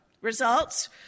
Results